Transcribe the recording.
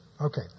Okay